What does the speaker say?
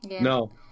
No